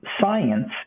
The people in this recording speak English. science